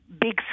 big